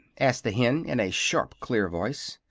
asked the hen, in a sharp, clear voice.